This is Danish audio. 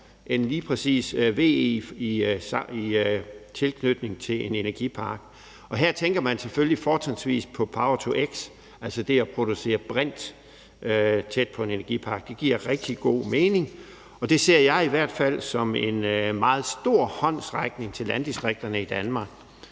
end lige præcis VE i tilknytning til en energipark, og her tænker man selvfølgelig fortrinsvis på power-to-x, altså det at producere brint tæt på en energipark. Det giver rigtig god mening, og det ser jeg i hvert fald som en meget stor håndsrækning til landdistrikterne i Danmark.